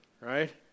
right